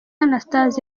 anastase